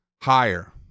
higher